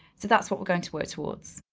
so that's what we're going to work towards.